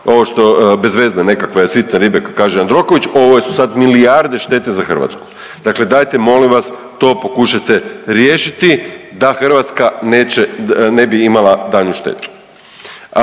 ovo što bezvezne nekakve sitne ribe, kak kaže Jandroković, ovo su sad milijarde štete za Hrvatsku. Dakle dajte molim vas to pokušajte riješiti da Hrvatska neće, ne bi imala daljnju štetu.